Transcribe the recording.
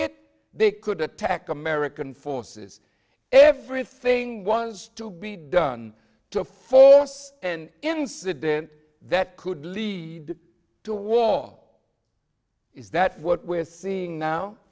it they could attack american forces everything was to be done to force an incident that could lead to a wall is that what we're seeing now